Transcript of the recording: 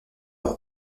leur